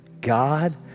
God